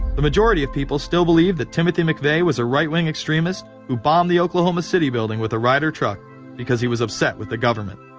the majority of people still believe that timothy mcveigh. was a right-wing extremist who bombed the oklahoma city building. with a ryder truck because he was upset with the government.